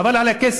חבל על הכסף,